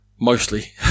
Mostly